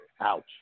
Ouch